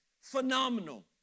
phenomenal